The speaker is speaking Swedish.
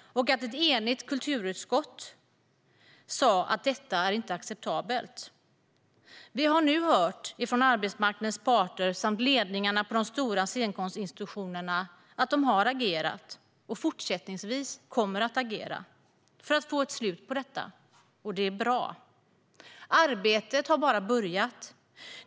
och att ett enigt kulturutskott sa att detta inte är acceptabelt. Vi har nu hört från arbetsmarknadens parter och ledningarna på de stora scenkonstinstitutionerna att de har agerat och fortsättningsvis kommer att agera för att få ett slut på detta, och det är bra. Arbetet har bara börjat.